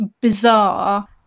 bizarre